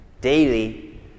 daily